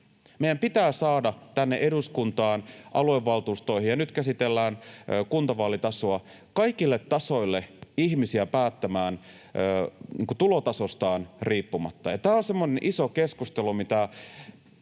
Meidän pitää saada tänne eduskuntaan, aluevaltuustoihin, ja nyt käsitellään kuntavaalitasoa, kaikille tasoille ihmisiä päättämään tulotasostaan riippumatta. Tämä on semmoinen iso keskustelu,